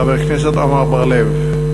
חבר כנסת עמר בר-לב.